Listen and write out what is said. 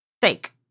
Fake